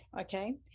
Okay